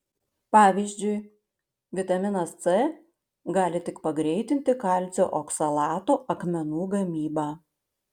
pavyzdžiui vitaminas c gali tik pagreitinti kalcio oksalato akmenų gamybą